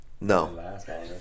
No